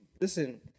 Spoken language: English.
listen